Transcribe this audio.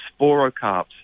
sporocarps